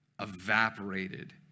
evaporated